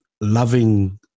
loving